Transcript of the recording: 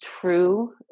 true